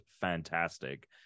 fantastic